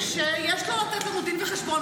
שיש לו לתת לנו דין וחשבון,